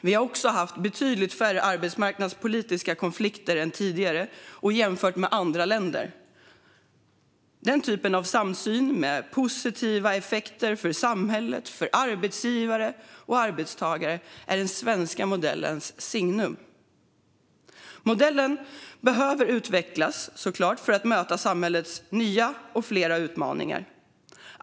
Vi har också haft betydligt färre arbetsmarknadspolitiska konflikter än tidigare och jämfört med andra länder. Denna typ av samsyn med positiva effekter för samhället, arbetsgivare och arbetstagare är den svenska modellens signum. Modellen behöver utvecklas för att möta samhällets fler och nya utmaningar.